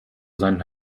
seinen